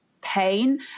pain